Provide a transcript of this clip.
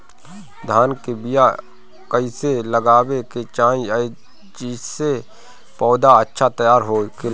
धान के बीया कइसे लगावे के चाही जेसे पौधा अच्छा तैयार होखे?